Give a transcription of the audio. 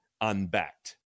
unbacked